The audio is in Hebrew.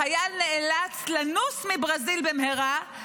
החייל נאלץ לנוס מברזיל במהרה,